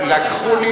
לי לקחו את